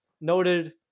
noted